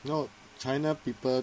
no china people